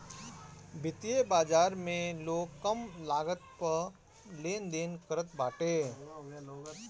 वित्तीय बाजार में लोग कम लागत पअ लेनदेन करत बाटे